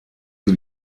für